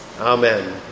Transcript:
Amen